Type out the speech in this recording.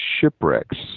shipwrecks